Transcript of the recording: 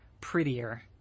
prettier